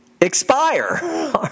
expire